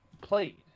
played